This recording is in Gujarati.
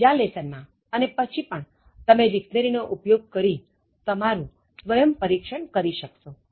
બીજા લેસનમાં અને પછી પણ તમે ડિક્શનરી નો ઉપયોગ કરી તમારું સ્વયં પરિક્ષણ કરી શકશો